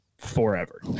forever